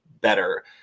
better